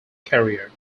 career